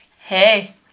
hey